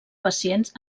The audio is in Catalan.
pacients